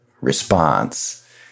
response